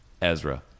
Ezra